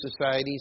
societies